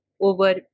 over